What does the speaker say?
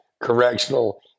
Correctional